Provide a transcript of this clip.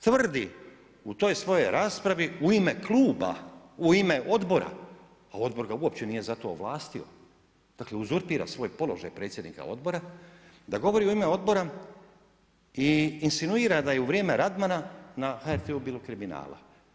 Tvrdi u toj svojoj raspravi u ime kluba, u ime odbora, a odbor ga uopće nije za to ovlastio, dakle uzurpira svoj položaj predsjednika odbora, da govori u ime odbora i insinuira da je u vrijeme Radmana na HRT-u bilo kriminala.